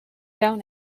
down